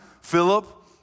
Philip